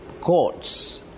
courts